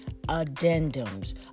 addendums